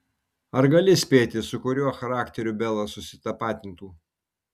ar gali spėti su kuriuo charakteriu bela susitapatintų